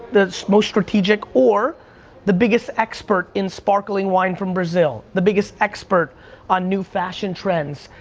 the most strategic, or the biggest expert in sparkling wine from brazil, the biggest expert on new fashion trends,